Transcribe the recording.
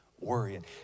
worrying